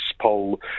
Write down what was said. poll